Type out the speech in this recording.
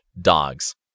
dogs